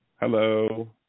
hello